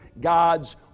God's